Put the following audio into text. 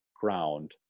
ground